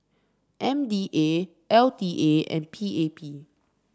M D A L T A and P A P